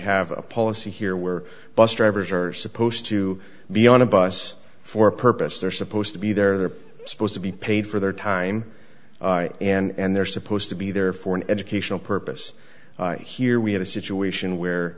have a policy here where bus drivers are supposed to be on a bus for a purpose they're supposed to be there they're supposed to be paid for their time and they're supposed to be there for an educational purpose here we had a situation where